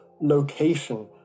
location